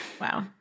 wow